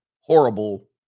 horrible